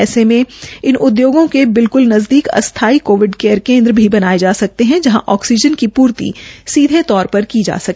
ऐसे में इन उद्योगों के बिल्क्ल नजदीक अस्थाई कोविड केयर केन्द्र भी बनाए जा सकते है जहां ऑक्सीजन की पूर्ति सीधे तौर पर की जा सके